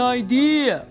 idea